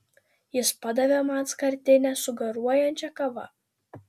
jis padavė man skardinę su garuojančia kava